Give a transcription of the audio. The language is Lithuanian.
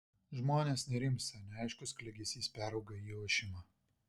žmonės nerimsta neaiškus klegesys perauga į ošimą